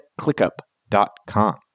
clickup.com